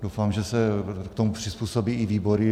Doufám, že se tomu přizpůsobí i výbory.